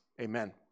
Amen